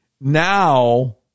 now